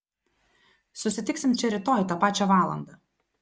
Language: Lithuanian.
susitiksim čia rytoj tą pačią valandą